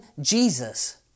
Jesus